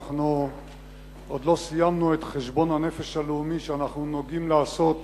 אנחנו עוד לא סיימנו את חשבון הנפש הלאומי שאנחנו נוהגים לעשות